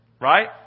Right